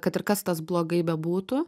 kad ir kas tas blogai bebūtų